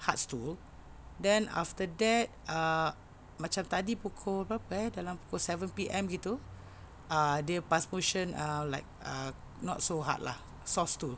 hard stool then after that uh macam tadi pukul berapa eh dalam pukul seven P_M gitu ah dia pass motion ah like uh not so hard lah soft stool